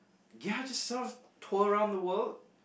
ya just sort of tour around the world